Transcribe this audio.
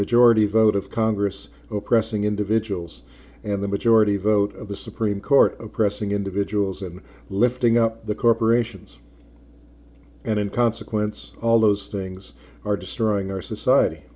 majority vote of congress oppressing individuals and the majority vote of the supreme court oppressing individuals and lifting up the corporations and in consequence all those things are destroying our society